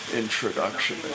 introduction